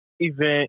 event